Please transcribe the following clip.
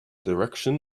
direction